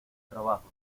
trabajo